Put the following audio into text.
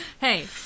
Hey